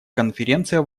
конференция